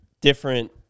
different